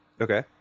Okay